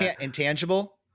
intangible